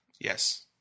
yes